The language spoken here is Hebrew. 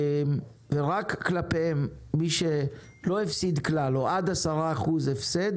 ורק כלפיהם, מי שלא הפסיד כלל או עד 10% הפסד